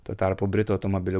tuo tarpu britų automobilių